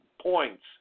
points